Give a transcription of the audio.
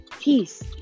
Peace